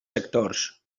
sectors